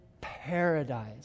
paradise